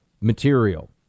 material